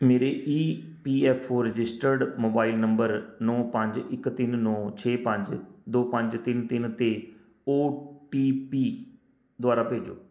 ਮੇਰੇ E P F O registered mobile number ਨੌਂ ਪੰਜ ਇੱਕ ਤਿੰਨ ਨੌਂ ਛੇ ਪੰਜ ਦੋ ਪੰਜ ਤਿੰਨ ਤਿੰਨ 'ਤੇ ਓ ਟੀ ਪੀ ਦੁਬਾਰਾ ਭੇਜੋ